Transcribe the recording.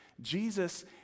Jesus